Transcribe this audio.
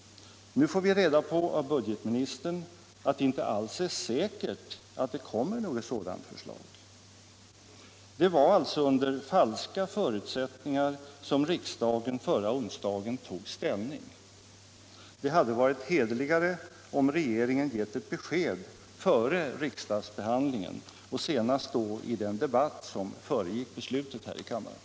Nu får vi reda på av budgetministern att det inte alls är säkert att något sådant förslag kommer. Det var alltså under falska förutsättningar som riksdagen förra onsdagen tog ställning. Det hade varit hederligare om regeringen gett besked före riksdagsbehandlingen, senast i den debatt som föregick beslutet här i riksdagen.